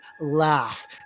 laugh